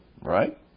right